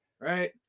right